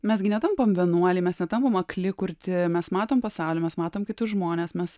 mes gi netampam vienuoliai mes tampam akli kurti mes matom pasaulį mes matom kitus žmones mes